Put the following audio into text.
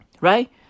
Right